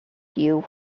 you